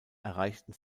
erreichten